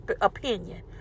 opinion